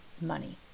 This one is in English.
money